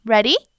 Ready